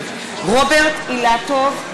רוברט אילטוב,